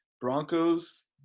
Broncos